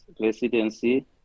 residency